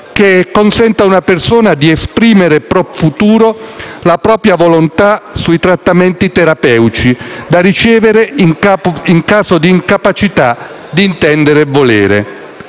che consenta a una persona di esprimere *pro futuro* la propria volontà sui trattamenti terapeutici da ricevere in caso di incapacità di intendere e di volere.